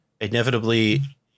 inevitably